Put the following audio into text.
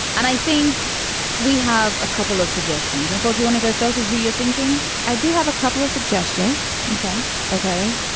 and i think we have a couple of suggestions nicole do you want to go first of who you're thinking i do have a couple of suggestions. ok ok.